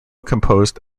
composed